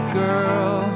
girl